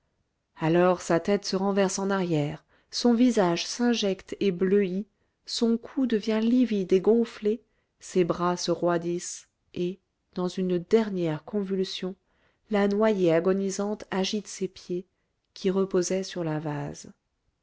alors sa tête se renverse en arrière son visage s'injecte et bleuit son cou devient livide et gonflé ses bras se roidissent et dans une dernière convulsion la noyée agonisante agite ses pieds qui reposaient sur la vase